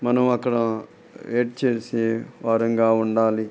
మనం అక్కడ వెయిట్ చేసే వారుగా ఉండాలి